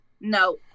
No